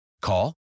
Call